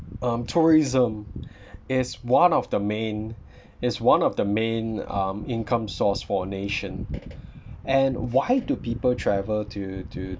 um tourism is one of the main is one of the main um income source for a nation and why do people travel to to